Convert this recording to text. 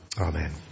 Amen